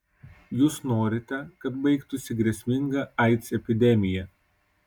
jūs norite kad baigtųsi grėsminga aids epidemija